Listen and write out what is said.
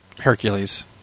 Hercules